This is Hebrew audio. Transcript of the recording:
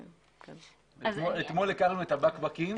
אתמול הכרנו את הבקבקים.